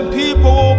people